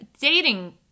dating